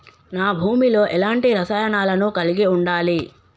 నా భూమి లో ఎలాంటి రసాయనాలను కలిగి ఉండాలి?